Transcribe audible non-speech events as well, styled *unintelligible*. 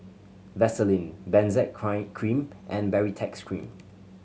Vaselin Benzac *unintelligible* cream and Baritex Cream